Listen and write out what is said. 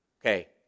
Okay